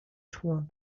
tor